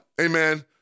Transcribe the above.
amen